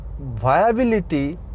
viability